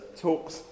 talks